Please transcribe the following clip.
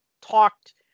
talked